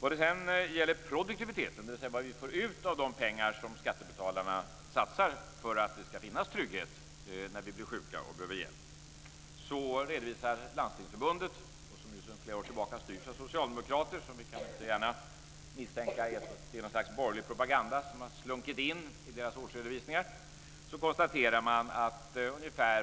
Vad det sedan gäller produktiviteten, dvs. vad vi får ut av de pengar som skattebetalarna satsar för att det ska finnas trygghet när vi blir sjuka och behöver hjälp, redovisar Landstingsförbundet, som ju sedan flera år tillbaka styrs av socialdemokrater - så vi kan väl inte gärna misstänka att det är något slags borgerlig propaganda som har smugit sig in i deras årsredovisningar - att produktiviteten